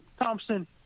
Thompson